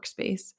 workspace